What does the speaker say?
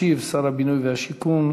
ישיב שר הבינוי והשיכון,